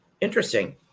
Interesting